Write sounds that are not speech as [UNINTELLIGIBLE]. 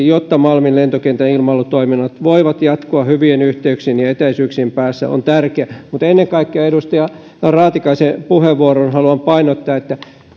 [UNINTELLIGIBLE] jotta malmin lentokentän ilmailutoiminnot voivat jatkua hyvien yhteyksien ja etäisyyksien päässä on tärkeä mutta ennen kaikkea edustaja raatikaisen puheenvuoroon haluan painottaa että